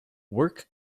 work